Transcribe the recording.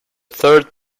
third